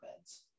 beds